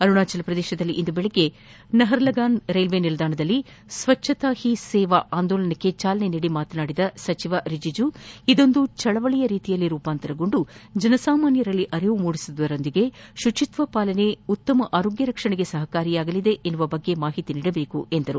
ಅರುಣಾಚಲ ಶ್ರದೇಶದಲ್ಲಿ ಇಂದು ಬೆಳಗ್ಗೆ ನಹರ್ಲಗಾನ್ ರೈಲ್ವೆ ನಿಲ್ಲಾಣದಲ್ಲಿ ಸ್ನಚ್ ಹೀ ಸೇವಾ ಆಂದೋಲನಕ್ಕೆ ಚಾಲನೆ ನೀಡಿ ಮಾತನಾಡಿದ ಸಚಿವ ರಿಜೀಮ ಇದೊಂದು ಚಳವಳಿಯಾಗಿ ರೂಪಾಂತರಗೊಂಡು ಜನಸಾಮಾನ್ಗರಲ್ಲಿ ಅರಿವು ಮೂಡಿಸುವುದರ ಜೊತೆಗೆ ಶುಚಿತ್ವ ಪಾಲನೆ ಉತ್ತಮ ಆರೋಗ್ಯ ರಕ್ಷಣೆಗೆ ಸಹಕಾರಿಯಾಗಲಿದೆ ಎಂದರು